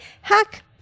hack